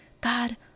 God